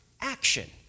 action